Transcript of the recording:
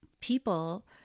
people